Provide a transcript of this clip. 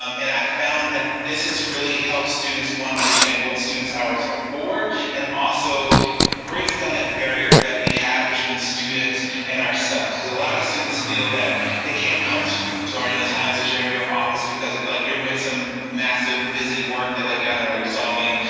um and i've found that this has really helped students, one, understand what students hours are for and also breaks down that barrier that we have between students and ourselves, because a lot of students feel that they can't come to you during the times that you're in your office because if like you're doing some massive busy work that like i don't know, you're solving,